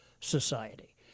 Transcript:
society